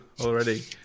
already